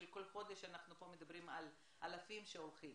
שכל חודש אנחנו פה מדברים על אלפים שהולכים,